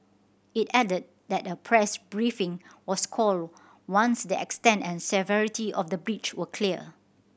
it added that a press briefing was called once the extent and severity of the breach were clear